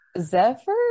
zephyr